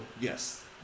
yes